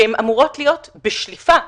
שהן אמורות להיות בשליפה,